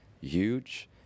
huge